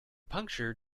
puncture